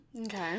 okay